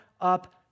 up